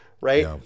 right